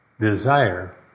desire